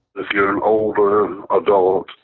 if you are an older adult,